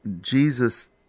Jesus